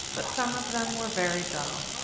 but some of them were very dull,